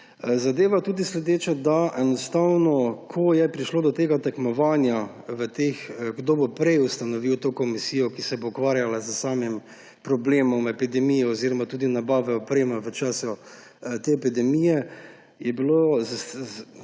Zadeva je sledeča. Ko je prišlo do tega tekmovanja, kdo bo prej ustanovil komisijo, ki se bo ukvarjala s samim problemov epidemije oziroma tudi nabave opreme v času te epidemije, je bilo s pogleda